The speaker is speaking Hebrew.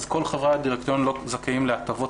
אז כל חברי הדירקטוריון לא זכאים להטבות